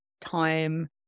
time